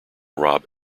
rob